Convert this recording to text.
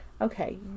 Okay